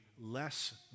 less